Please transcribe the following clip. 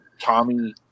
Tommy